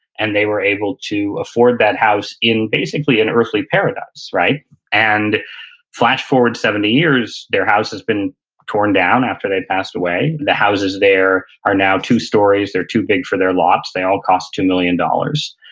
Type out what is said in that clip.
and they were able to afford that house in basically an earthly paradise. and flash forward seventy years, their house has been torn down after they passed away. the houses there are now two-stories, they're too big for their lots, they all cost two million dollars.